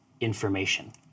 information